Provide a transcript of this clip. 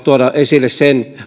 tuoda esille sen